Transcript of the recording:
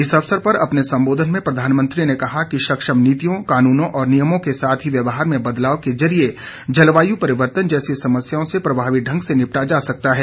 इस अवसर पर अपने संबोधन में प्रधानमंत्री ने कहा कि सक्षम नीतियों कानूनों और नियमों के साथ ही व्यवहार में बदलाव के जरिये जलवायु परिवर्तन जैसी समस्याओं से प्रभावी ढंग से निपटा जा सकता है